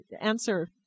answer